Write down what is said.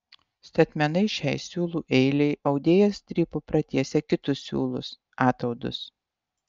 statmenai šiai siūlų eilei audėjas strypu pratiesia kitus siūlus ataudus